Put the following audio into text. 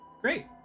Great